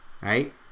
right